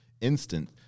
instant